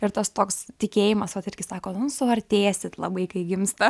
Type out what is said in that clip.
ir tas toks tikėjimas vat irgi sako nu suartėsit labai kai gimsta